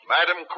Madam